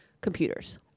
Computers